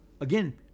again